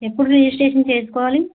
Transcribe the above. ఎప్పుడు రిజిస్ట్రేషన్ చేసుకోవాలి